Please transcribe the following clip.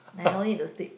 I no need to sleep